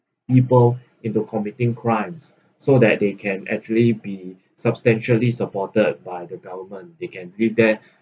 people into committing crimes so that they can actually been substantially supported by the government they can live there